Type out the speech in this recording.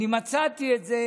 אני מצאתי אותה